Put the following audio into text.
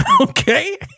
Okay